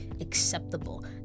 acceptable